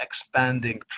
expanding